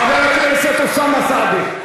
חבר הכנסת אוסאמה סעדי.